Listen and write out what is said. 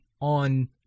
on